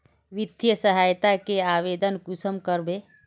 वित्तीय सहायता के आवेदन कुंसम करबे?